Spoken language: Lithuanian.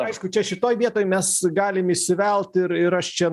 aišku čia šitoj vietoj mes galim įsivelt ir ir aš čia